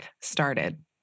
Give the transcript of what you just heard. started